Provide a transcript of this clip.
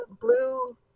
blue